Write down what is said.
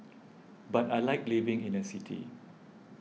but I like living in a city